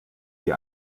die